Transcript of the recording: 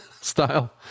style